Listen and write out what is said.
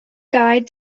guide